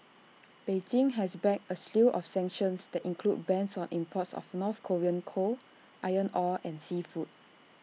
Beijing has backed A slew of sanctions that include bans on imports of north Korean coal iron ore and seafood